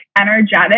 energetic